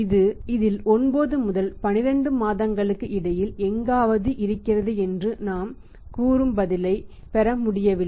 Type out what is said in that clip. அது இதில் 9 முதல் 12 மாதங்களுக்கு இடையில் எங்காவது இருக்கிறது என்று நாம் கூறும் பதிலைப் பெற முடியவில்லை